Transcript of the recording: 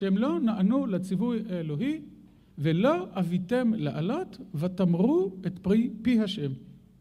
כי הם לא נענו לציווי אלוהי "ולא אביתם לעלת ותמרו את פי יהוה"